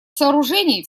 сооружений